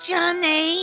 Johnny